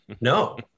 No